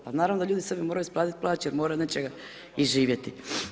Pa naravno da ljudi sebi moraju isplatiti plaće jer moraju od nečega i živjeti.